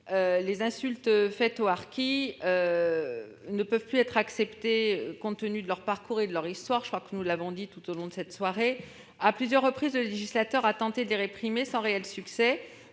les insultes faites aux harkis ne peuvent plus être acceptées, compte tenu du parcours et de l'histoire de ces derniers ; nous l'avons démontré tout au long de cette soirée. À plusieurs reprises, le législateur a tenté de réprimer ces actes, sans réel succès.